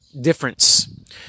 difference